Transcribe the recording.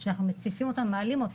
שאנחנו מציפים ומעלים.